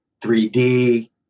3D